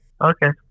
Okay